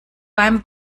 beim